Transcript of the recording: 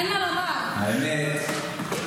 אה, הוא מנהל לך גם את הישיבה.